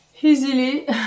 easily